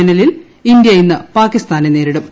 ഫൈനലിൽ ഇന്ത്യാ ഇന്ന് പാക്കിസ്ഥാനെ നേരിടും